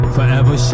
Forever